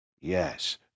Yes